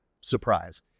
Surprise